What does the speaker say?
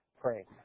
pray